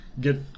get